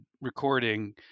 recording